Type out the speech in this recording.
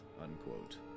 unquote